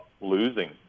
losing